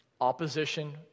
Opposition